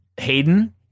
Hayden